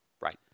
Right